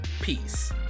peace